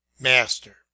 Master